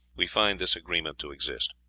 we find this agreement to exist.